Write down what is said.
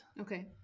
Okay